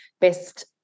best